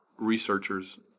researchers